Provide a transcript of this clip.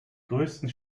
größten